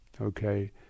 okay